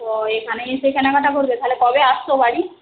ও এখানেই এসে কেনাকাটা করবে তাহলে কবে আসছো বাড়ি